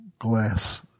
glass